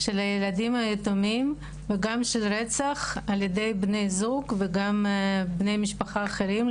של הילדים היתומים וגם של רצח על ידי בני זוג וגם בני משפחה אחרים,